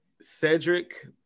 Cedric